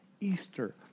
Easter